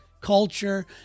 Culture